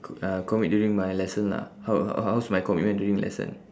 co~ uh commit during my lesson lah how how how's my commitment during lesson